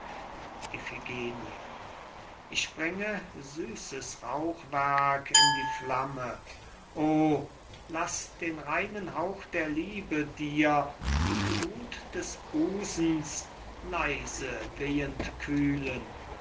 ich bringe süßes rauchwerk in die flamme o laß den reinen hauch der liebe dir die gluth des busens leise wehend kühlen